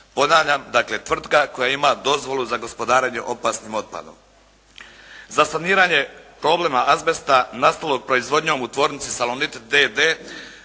Ponavljam, dakle tvrtka koja ima dozvolu za gospodarenje opasnim otpadom. Za saniranje problema azbesta nastalog proizvodnjom u tvornici “Salonit“